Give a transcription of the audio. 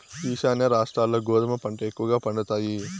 ఈశాన్య రాష్ట్రాల్ల గోధుమ పంట ఎక్కువగా పండుతాయి